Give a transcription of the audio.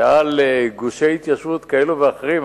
ועל גושי התיישבות כאלה ואחרים,